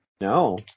No